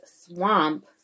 Swamp